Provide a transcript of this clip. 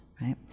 right